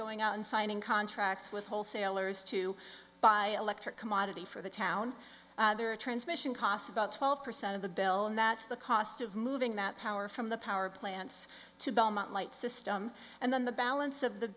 going out and signing contracts with wholesalers to buy electric commodity for the town there are transmission costs about twelve percent of the bill and that's the cost of moving that power from the power plants to belmont light system and then the balance of the